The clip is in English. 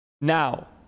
Now